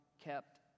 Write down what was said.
kept